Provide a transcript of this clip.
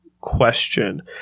question